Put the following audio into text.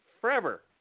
forever